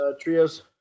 Trios